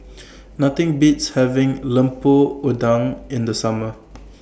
Nothing Beats having Lemper Udang in The Summer